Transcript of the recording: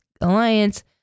alliance